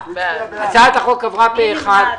הצעת החוק עברה פה אחד.